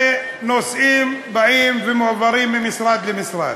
ונושאים באים ומועברים ממשרד למשרד.